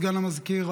סגנית המזכיר,